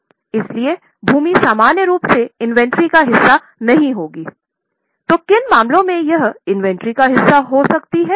इसलिए भूमि सामान्य रूप से इंवेंट्री का हिस्सा नहीं होगी तो किन मामलों में यह इन्वेंट्री का एक हिस्सा हो सकती है